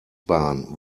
bahn